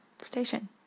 station